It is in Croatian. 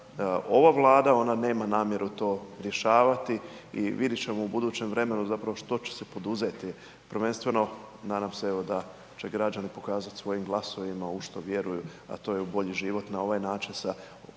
ova Vlada, ona nema namjeru to rješavati i vidit ćemo u budućem vremenu zapravo što će se poduzeti. Prvenstveno nadam se evo, da će građani pokazati svojim glasovima u što vjeruju, a to je u bolji život na ovaj način